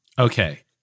Okay